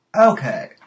Okay